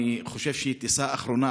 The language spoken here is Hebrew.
אני חושב שהיא טיסה אחרונה,